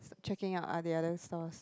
checking out ah the other stores